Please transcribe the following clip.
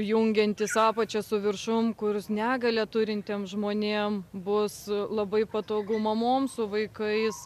jungiantis apačią su viršum kuris negalią turintiem žmonėm bus labai patogu mamom su vaikais